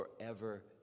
forever